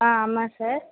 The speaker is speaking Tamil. ஆ ஆமாம் சார்